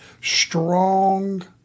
strong